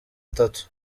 atatu